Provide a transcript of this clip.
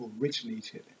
originated